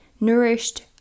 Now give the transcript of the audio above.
Nourished